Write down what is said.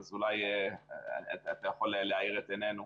אז אולי אתה יכול להעיר את עינינו.